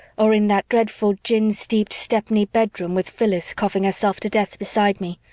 or in that dreadful gin-steeped stepney bedroom with phyllis coughing herself to death beside me,